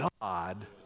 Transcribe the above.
God